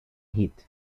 hit